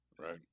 Right